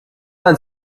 ein